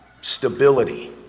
stability